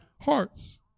hearts